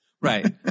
Right